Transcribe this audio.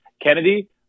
Kennedy